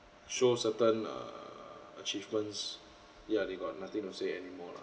show certain err achievements yeah they got nothing to say anymore lah